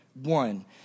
one